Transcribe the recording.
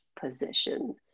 position